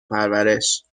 پرورش